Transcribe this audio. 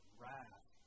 wrath